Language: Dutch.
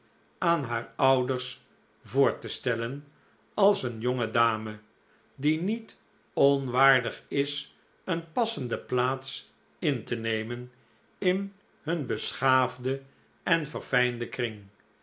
aan haar ouders voor te stellen als een jonge dame die niet onwaardig is een passende plaats in te nemen in hun beschaafden en verfljnden kring